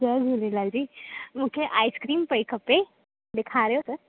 जय झूलेलाल जी मूंखे आइस्क्रीम पई खपे ॾेखारियो त